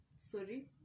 sorry